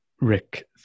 Rick